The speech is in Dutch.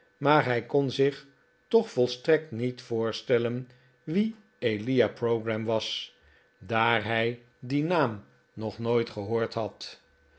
maar hij kon zich toch volstrekt niet voorstellen wie elia pogram was daar hij dien naam nog nooit gehoord had